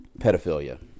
pedophilia